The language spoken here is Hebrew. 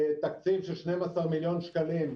תקציב של 12 מיליון שקלים,